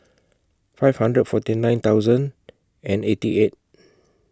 five hundred forty nine thousand and eighty eight